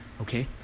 Okay